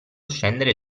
scendere